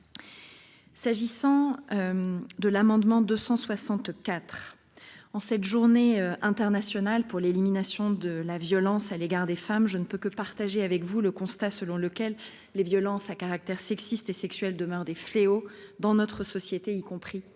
Monsieur le sénateur Dossus, en cette Journée internationale pour l'élimination de la violence à l'égard des femmes, je ne puis que partager avec vous le constat selon lequel les violences à caractère sexiste et sexuel demeurent des fléaux dans notre société, y compris